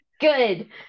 good